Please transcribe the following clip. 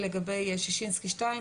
לגבי שישינסקי 2,